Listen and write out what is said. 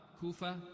Kufa